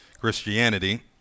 Christianity